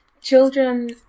children